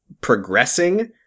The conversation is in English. progressing